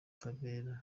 kabera